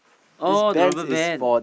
oh the rubber band